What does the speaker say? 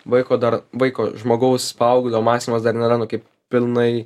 vaiko dar vaiko žmogaus paauglio mąstymas dar nėra nu kaip pilnai